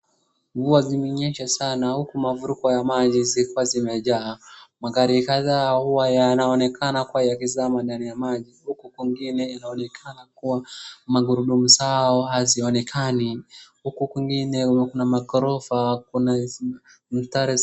Mvua zimenyesha sana huku mafuriko ya maji zikiwa zimejaa. Magari kadhaa huwa yanaonekana kuwa yakizama ndani ya maji huku kwingine inaonekana kuwa magurudumu zao hazionekani huku kwingine kuna magorofa kuna.